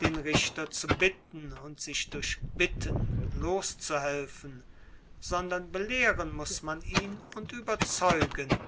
den richter zu bitten und sich durch bitten loszuhelfen sondern belehren muß man ihn und überzeugen